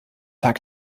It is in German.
tag